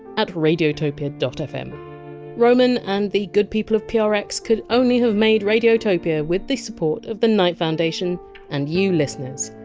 at radiotopia fm roman and the good people of prx could only have made radiotopia with the support of the knight foundation and you listeners.